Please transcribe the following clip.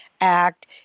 Act